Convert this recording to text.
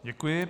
Děkuji.